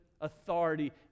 authority